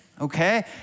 okay